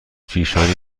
پیشانی